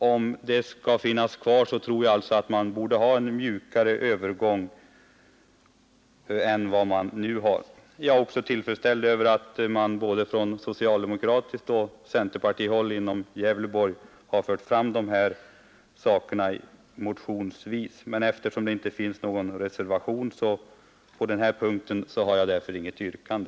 Om stödområdet skall finnas kvar tror jag alltså att övergången borde göras mjukare än vad den nu är. Jag är också tillfredsställd med att man från både socialdemokratiskt och centerpartihåll inom Gävleborgs län har fört fram dessa synpunkter motionsvägen, men eftersom det inte finns någon reservation på denna punkt har jag inget yrkande.